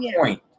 point